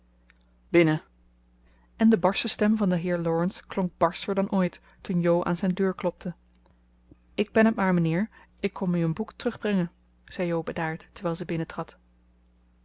binnen en de barsche stem van den heer laurence klonk barscher dan ooit toen jo aan zijn deur klopte ik ben het maar mijnheer ik kom u een boek terugbrengen zei jo bedaard terwijl ze